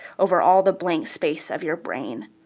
over all the blank space of your brain.